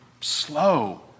slow